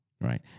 right